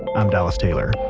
i'm dallas taylor.